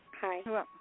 Hi